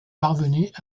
parvenait